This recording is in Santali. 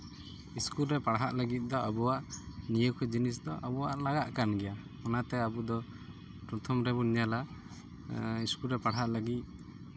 ᱤᱥᱠᱩᱞ ᱨᱮ ᱯᱟᱲᱦᱟᱜ ᱞᱟᱹᱜᱤᱫ ᱫᱚ ᱟᱵᱚᱣᱟᱜ ᱱᱤᱭᱟᱹ ᱠᱚ ᱡᱤᱱᱤᱥ ᱫᱚ ᱟᱵᱚᱣᱟᱜ ᱞᱟᱜᱟᱜ ᱠᱟᱱ ᱜᱮᱭᱟ ᱚᱱᱟᱛᱮ ᱟᱵᱚᱫᱚ ᱯᱨᱚᱛᱷᱚᱢ ᱨᱮᱵᱚᱱ ᱧᱮᱞᱟ ᱤᱥᱠᱩᱞ ᱨᱮ ᱯᱟᱲᱦᱟᱜ ᱞᱟᱹᱜᱤᱫ